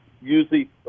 usually